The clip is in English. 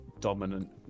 dominant